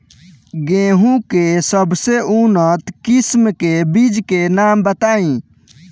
गेहूं के सबसे उन्नत किस्म के बिज के नाम बताई?